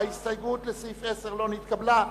ההסתייגות של סוייד וטיבי לא נתקבלה.